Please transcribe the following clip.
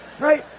Right